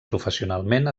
professionalment